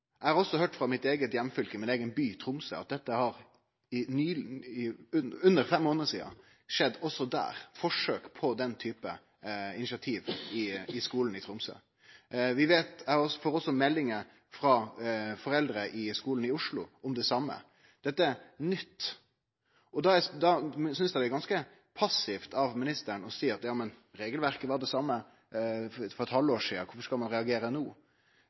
Eg har også høyrt frå mitt eige heimfylke, frå min eigen by, Tromsø – for under fem månader sidan – at forsøk på den type initiativ i skulen har skjedd også der. Eg får også meldingar frå foreldre i skulen i Oslo om det same. Dette er nytt. Da synest eg det er ganske passivt av ministeren å seie at regelverket var det same for eit halvt år sidan, så kvifor skal ein reagere no?